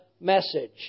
message